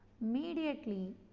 immediately